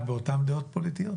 מי בעד ההסתייגות?